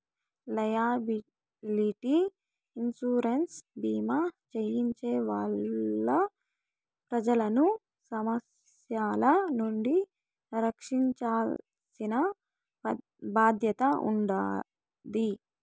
liability insurance భీమా చేయించే వాళ్ళు ప్రజలను సమస్యల నుండి రక్షించాల్సిన బాధ్యత ఉంటాది